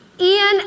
Ian